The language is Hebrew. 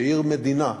שעיר-מדינה,